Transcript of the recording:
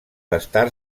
estar